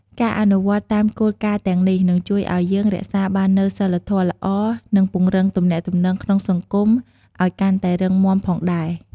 ការអនុវត្តតាមគោលការណ៍ទាំងនេះ នឹងជួយឲ្យយើងរក្សាបាននូវសីលធម៌ល្អ និងពង្រឹងទំនាក់ទំនងក្នុងសង្គមឲ្យកាន់តែរឹងមាំផងដែរ។